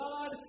God